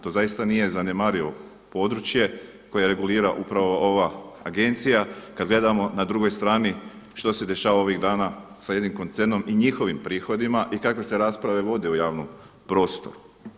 To zaista nije zanemarivo područje koje regulira upravo ova agencija kad gledamo na drugoj strani što se dešava ovih dana sa jednim koncernom i njihovim prihodima i kakve se rasprave vode u javnom prostoru.